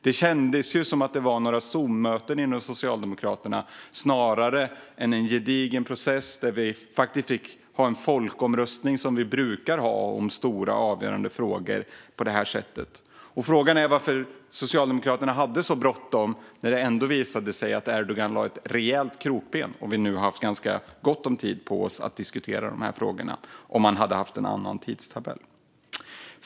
Det kändes som att det var några Zoommöten inom Socialdemokraterna snarare än en gedigen process med en folkomröstning som vi brukar ha om stora och avgörande frågor. Frågan är varför Socialdemokraterna hade så bråttom när det ändå visade sig att Erdogan lade ett rejält krokben och vi nu hade haft ganska gott om tid på oss att diskutera dessa frågor om det hade varit en annan tidtabell.